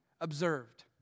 observed